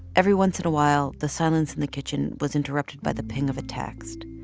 every once in a while, the silence in the kitchen was interrupted by the ping of a text,